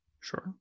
Sure